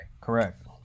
Correct